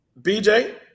BJ